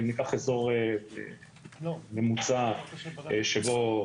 ניקח אזור ממוצע שבו,